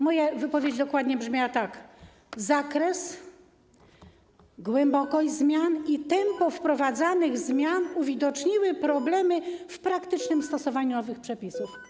Moja wypowiedź dokładnie brzmiała tak: zakres, głębokość zmian i tempo wprowadzanych zmian uwidoczniły problemy w praktycznym stosowaniu owych przepisów.